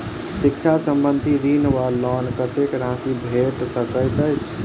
शिक्षा संबंधित ऋण वा लोन कत्तेक राशि भेट सकैत अछि?